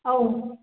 ꯑꯧ